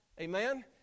Amen